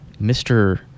mr